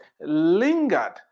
lingered